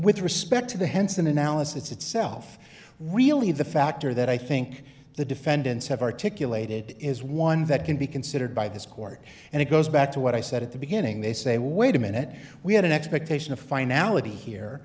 with respect to the henson analysis itself really the factor that i think the defendants have articulated is one that can be considered by this court and it goes back to what i said at the beginning they say wait a minute we have an expectation of finality here